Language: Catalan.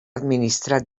administrat